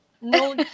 no